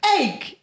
egg